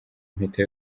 impeta